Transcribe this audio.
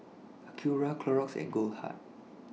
Acura Clorox and Goldheart